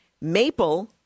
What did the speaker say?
maple